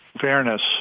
fairness